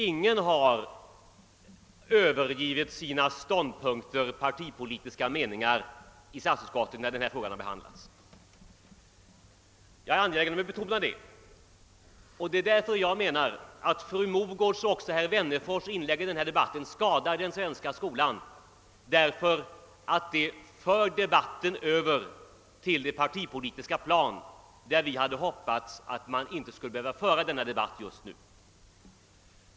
Ingen har övergivit sina partipolitiska ståndpunkter i statsutskottet, när denna fråga behandlats. Jag är angelägen att betona det. Det är därför jag menar, att fru Mogård och även herr Wennerfors i denna debatt skadar den svenska skolan, därför att de fört över debatten till det partipolitiska plan, där vi hade hoppats att man inte skulle behöva föra denna debatt just nu.